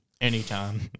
anytime